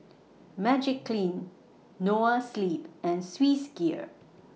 Magiclean Noa Sleep and Swissgear